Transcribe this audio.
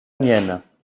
mienne